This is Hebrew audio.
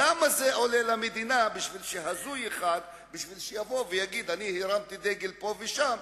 כמה זה עולה למדינה בשביל שהזוי אחד יגיד: אני הרמתי דגל פה ושם,